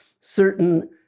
certain